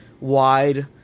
wide